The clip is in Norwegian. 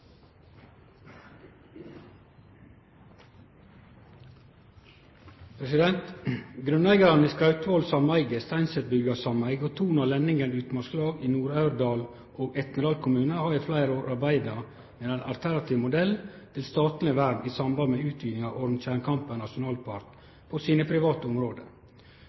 og Lenningen utmarkslag i Nord-Aurdal og Etnedal kommunar har i fleire år arbeidd med ein alternativ modell til statleg vern i samband med utviding av Ormtjernkampen nasjonalpark, på sine private område.